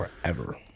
Forever